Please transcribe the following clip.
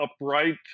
upright